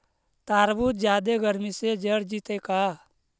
तारबुज जादे गर्मी से जर जितै का?